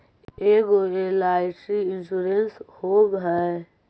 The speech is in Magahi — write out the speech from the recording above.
ऐगो एल.आई.सी इंश्योरेंस होव है?